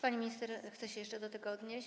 Pani minister chce się jeszcze do tego odnieść?